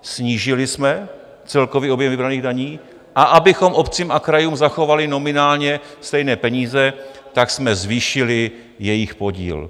Snížili jsme celkový objem vybraných daní, a abychom obcím a krajům zachovali nominálně stejné peníze, tak jsem zvýšili jejich podíl.